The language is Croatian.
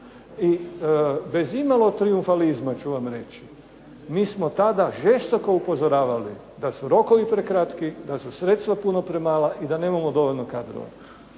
i bez imalo trijumfalizma ću vam reći mi smo tada žestoko upozoravali da su rokovi prekratki, da su sredstva puno premala i da nemamo dovoljno kadrova.